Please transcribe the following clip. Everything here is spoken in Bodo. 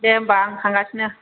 दे होमबा आं थांगासिनो